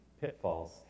pitfalls